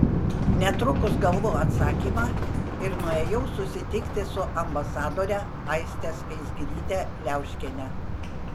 netrukus gavau atsakymą ir nuėjau susitikti su ambasadore aiste skaisgiryte liauškiene